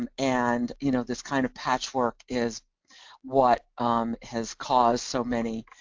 and and you know this kind of patchwork is what has caused so many,